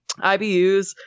ibus